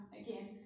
again